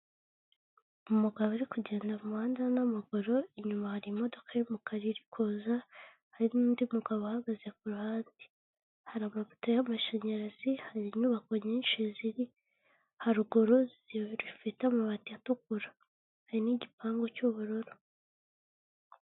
Umugabo uri kugenda mu muhanda n'amaguru, inyuma hari imodoka y'umukara iri kuza, hari n'undi mugabo uhagaze ku ruhande, hari amapoto y'amashanyarazi, hari inyubako nyinshi ziri haruguru zifite amabati atukura hari n'igipangu cy'ubururu.